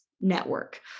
network